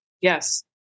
Yes